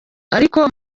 ariko